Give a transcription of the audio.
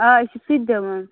آ أسۍ چھِ سُہ تہِ دِوان